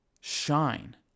Shine